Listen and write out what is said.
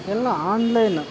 ಎಲ್ಲ ಆನ್ಲೈನ